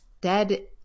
dead